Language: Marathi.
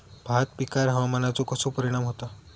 भात पिकांर हवामानाचो कसो परिणाम होता?